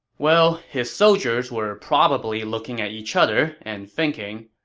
well, his soldiers were probably looking at each other and thinking,